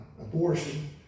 abortion